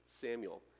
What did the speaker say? Samuel